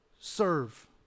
serve